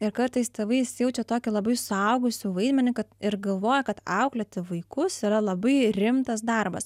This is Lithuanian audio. ir kartais tėvai įsijaučia tokį labai suaugusių vaidmenį kad ir galvoja kad auklėti vaikus yra labai rimtas darbas